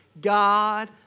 God